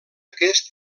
aquest